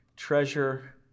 Treasure